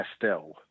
Pastel